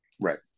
Right